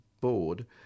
board